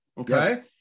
okay